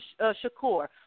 Shakur